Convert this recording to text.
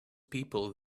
people